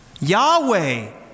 Yahweh